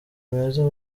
meza